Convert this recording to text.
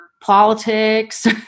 politics